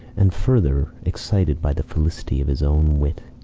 and further, excited by the felicity of his own wit,